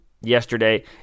yesterday